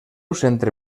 centre